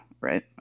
right